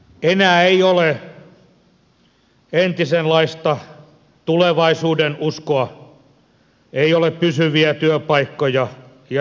enää ei ole entisenlaista tulevaisuudenuskoa ei ole pysyviä työpaikkoja ja niin edelleen